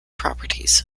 properties